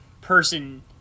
person